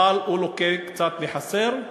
אבל הוא לוקה קצת בחסר.